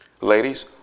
Ladies